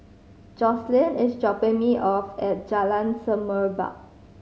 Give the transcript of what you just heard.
Jocelyn is dropping me off at Jalan Semerbak